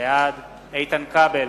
בעד איתן כבל,